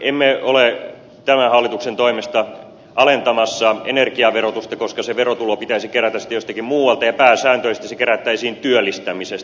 emme ole tämän hallituksen toimesta alentamassa energiaverotusta koska se verotulo pitäisi kerätä sitten jostakin muualta ja pääsääntöisesti se kerättäisiin työllistämisestä